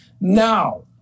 Now